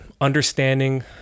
understanding